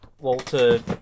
Walter